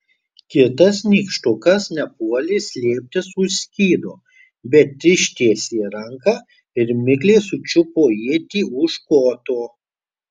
kitas nykštukas nepuolė slėptis už skydo bet ištiesė ranką ir mikliai sučiupo ietį už koto